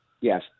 Yes